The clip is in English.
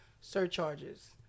surcharges